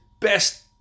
best